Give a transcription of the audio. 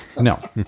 No